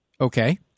Okay